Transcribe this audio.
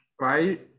right